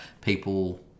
people